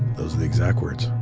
those are the exact words.